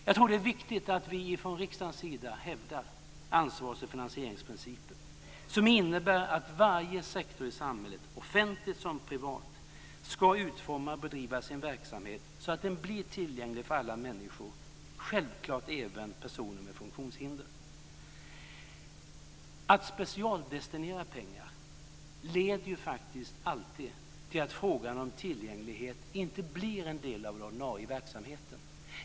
Jag tror att det är viktigt att vi från riksdagens sida hävdar ansvars och finansieringsprincipen, som innebär att varje sektor i samhället, offentlig som privat, ska utforma och bedriva sin verksamhet så att den blir tillgänglig för alla människor - självklart även personer med funktionshinder. Att specialdestinera pengar leder faktiskt alltid till att frågan om tillgänglighet inte blir en del av den ordinarie verksamheten.